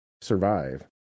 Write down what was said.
survive